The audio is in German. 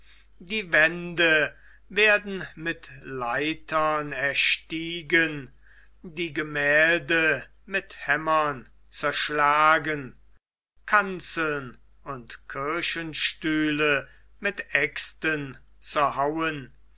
die wände werden mit leitern erstiegen die gemälde mit hämmern zerschlagen kanzeln und kirchenstühle mit aexten zerhauen